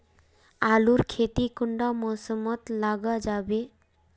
आलूर खेती कुंडा मौसम मोत लगा जाबे?